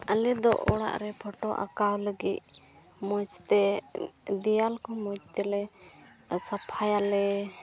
ᱟᱞᱮ ᱫᱚ ᱚᱲᱟᱜ ᱨᱮ ᱯᱷᱳᱴᱳ ᱟᱸᱠᱟᱣ ᱞᱟᱹᱜᱤᱫ ᱢᱚᱡᱽ ᱛᱮ ᱫᱮᱣᱟᱞ ᱠᱚ ᱢᱚᱡᱽ ᱛᱮᱞᱮ ᱥᱟᱯᱷᱟᱭᱟᱞᱮ